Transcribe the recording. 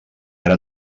ara